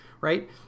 right